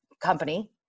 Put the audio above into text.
company